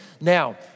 now